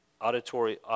auditory